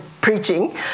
preaching